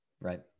Right